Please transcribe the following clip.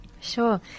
Sure